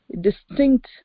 distinct